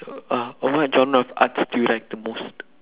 uh what genre of arts do you like the most